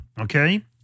okay